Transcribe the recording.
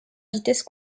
vitesse